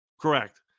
Correct